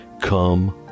come